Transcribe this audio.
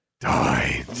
Died